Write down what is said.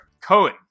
Cohen